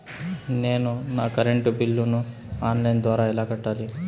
నేను నా కరెంటు బిల్లును ఆన్ లైను ద్వారా ఎలా కట్టాలి?